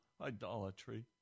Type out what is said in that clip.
idolatry